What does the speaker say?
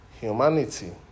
humanity